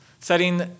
setting